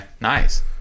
nice